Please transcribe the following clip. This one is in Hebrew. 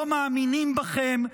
לא מאמינים בכם,